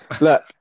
look